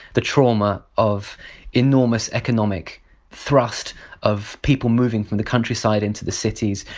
the trauma of enormous economic thrust of people moving from the countryside into the cities,